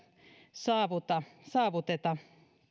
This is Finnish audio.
saavuteta saavuteta